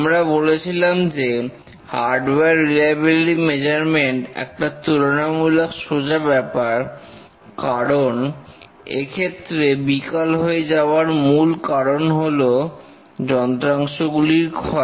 আমরা বলেছিলাম যে হার্ডওয়ার রিলায়বিলিটি মেজারমেন্ট একটা তুলনামূলক সোজা ব্যপার কারণ এক্ষেত্রে বিকল হয়ে যাওয়ার মূল কারণ হলো যন্ত্রাংশগুলির ক্ষয়